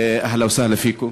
אהלן וסהלן פיכם.